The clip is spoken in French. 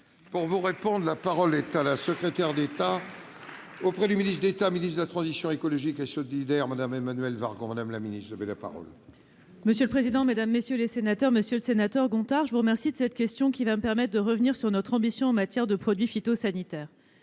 de solutions ». La parole est à Mme la secrétaire d'État auprès du ministre d'État, ministre de la transition écologique et solidaire. Monsieur le sénateur Gontard, je vous remercie de cette question, qui va me permettre de revenir sur notre ambition en matière de produits phytosanitaires.